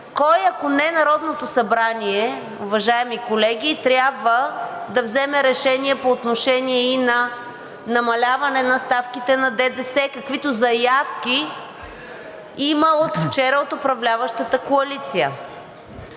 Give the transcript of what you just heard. Кой ако не Народното събрание, уважаеми колеги, трябва да вземе решение по отношение и на намаляване на ставките на ДДС, каквито заявки има от вчера от управляващата коалиция?